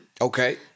Okay